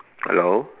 hello